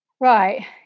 right